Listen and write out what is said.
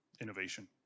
innovation